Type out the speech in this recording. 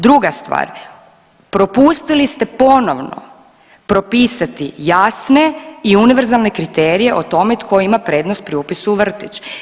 Druga stvar propustili ste ponovno propisati jasne i univerzalne kriterije o tome tko ima prednost pri upisu u vrtić.